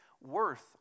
worth